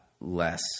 less